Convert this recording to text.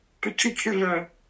particular